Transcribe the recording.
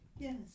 Yes